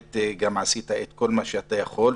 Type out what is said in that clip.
עשית את כל מה שאתה יכול,